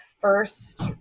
first